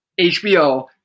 HBO